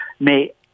mais